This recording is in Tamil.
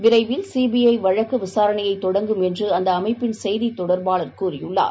விரைவில் சிபிஐவழக்குவிசாரணையைதொடங்கும் என்றுஅந்தஅமைப்பின் செய்தித் தொடர்பாளர் கூறியுள்ளார்